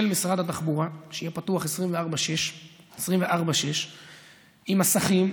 משרד התחבורה שיהיה פתוח 24/6 עם מסכים.